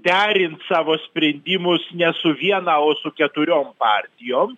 derint savo sprendimus ne su viena o su keturiom partijoms